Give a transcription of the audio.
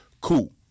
Cool